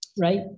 Right